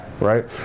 right